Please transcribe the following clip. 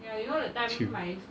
cheap